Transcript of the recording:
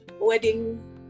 wedding